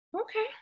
okay